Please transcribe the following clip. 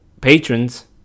patrons